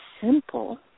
simple